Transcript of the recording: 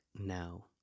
Now